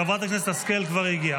חברת הכנסת השכל כבר הגיעה,